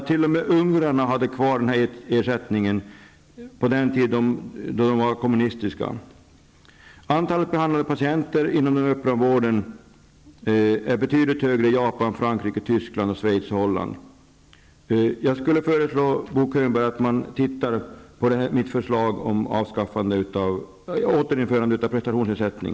T.o.m. ungrarna hade kvar den ersättningen på den tiden landet styrdes av kommunister. Antalet behandlade patienter inom den öppna vården är betydligt högre i Japan, Frankrike, Tyskland, Schweiz och Holland. Jag skulle föreslå Bo Könberg att man tittar på mitt förslag om återinförande av prestationsersättning.